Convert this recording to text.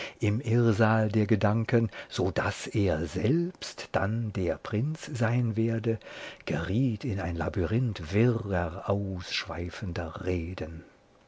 im irrsal der gedanken so daß er selbst dann der prinz sein werde geriet in ein labyrinth wirrer ausschweifender reden